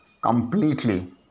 completely